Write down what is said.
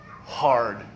hard